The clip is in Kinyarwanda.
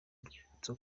rwibutso